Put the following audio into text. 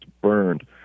burned